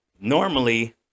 normally